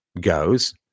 goes